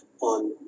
on